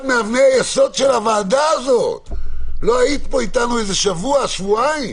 אבל אם המדיניות שאותה הצגתם כל כך טוב בשבוע שעבר מדברת על פתיחה,